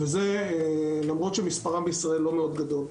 וזה למרות שמספרם בישראל לא מאוד גדול.